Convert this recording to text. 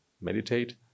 meditate